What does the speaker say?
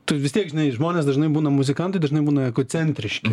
tu vis tiek žinai žmonės dažnai būna muzikantai dažnai būna egocentriški